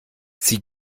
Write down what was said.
sie